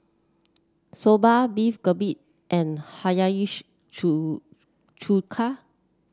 Soba Beef Galbi and Hiyashi Chu Chuka